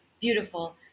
Beautiful